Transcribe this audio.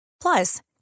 Plus